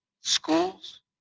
schools